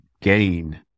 gain